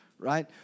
Right